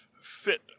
fit